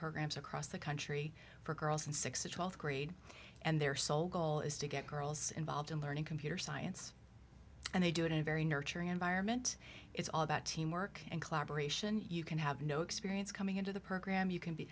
programs across the country for girls and six to th grade and their sole goal is to get girls involved in learning computer science and they do it in a very nurturing environment it's all about teamwork and collaboration you can have no experience coming into the program you can be